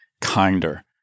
kinder